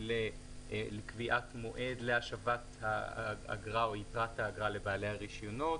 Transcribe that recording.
בקביעת מועד להשבת האגרה כולה או יתרתה לבעלי הרישיונות,